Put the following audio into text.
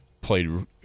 played –